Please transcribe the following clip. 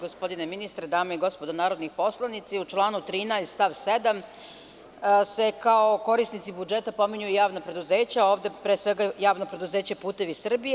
Gospodine ministre, dame i gospodo narodni poslanici, u članu 13. stav 7. se kao korisnici budžeta pominju javna preduzeća, pre svega javno preduzeće „Putevi Srbije“